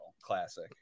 Classic